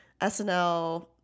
SNL